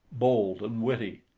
bold and witty,